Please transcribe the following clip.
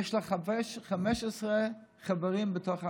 יש לה 15 חברים בתוך הסיעה.